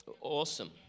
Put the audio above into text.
Awesome